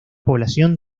población